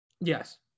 Yes